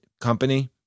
company